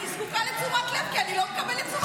יש פה עוד ח"כים חוץ ממך.